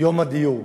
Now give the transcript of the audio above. יום הדיור.